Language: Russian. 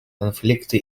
конфликты